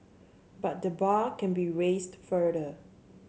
but the bar can be raised further